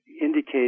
indicate